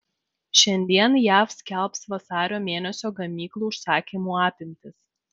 šiandien jav skelbs vasario mėnesio gamyklų užsakymų apimtis